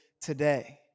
today